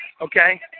Okay